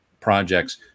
projects